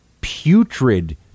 putrid